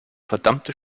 verdammte